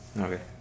Okay